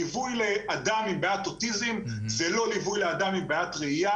ליווי לאדם עם בעיית אוטיזם זה לא ליווי לאדם עם בעיית ראיה.